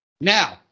Now